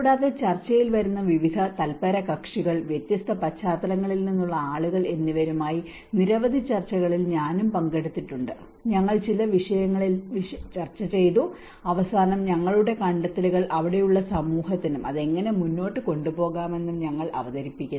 കൂടാതെ ചർച്ചയിൽ വരുന്ന വിവിധ തല്പരകക്ഷികൾ വ്യത്യസ്ത പശ്ചാത്തലങ്ങളിൽ നിന്നുള്ള ആളുകൾ എന്നിവരുമായി നിരവധി ചർച്ചകളിൽ ഞാനും പങ്കെടുത്തിട്ടുണ്ട് ഞങ്ങൾ ചില വിഷയങ്ങളിൽ ചർച്ച ചെയ്തു അവസാനം ഞങ്ങളുടെ കണ്ടെത്തലുകൾ അവിടെയുള്ള സമൂഹത്തിനും അത് എങ്ങനെ മുന്നോട്ട് കൊണ്ടുപോകാമെന്നും ഞങ്ങൾ അവതരിപ്പിക്കുന്നു